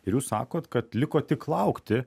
ir jūs sakot kad liko tik laukti